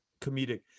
comedic